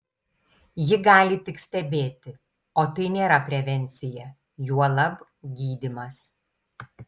ji gali tik stebėti o tai nėra prevencija juolab gydymas